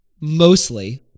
mostly